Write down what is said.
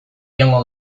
joango